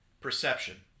perception